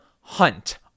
hunt